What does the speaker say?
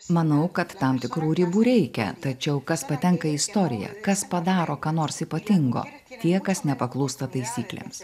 manau kad tam tikrų ribų reikia tačiau kas patenka į istoriją kas padaro ką nors ypatingo tie kas nepaklūsta taisyklėms